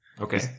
Okay